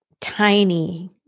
tiny